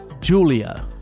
julia